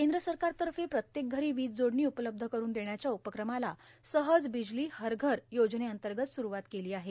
केंद्र सरकारतर्फे प्रत्येक घरी वीज जोडणी उपलब्ध करून देण्याच्या उपक्रमाला सहज बिजली हर घर योजनेअंतर्गत सुरूवात केली आहे